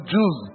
Jews